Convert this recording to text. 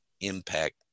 impact